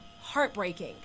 heartbreaking